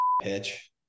pitch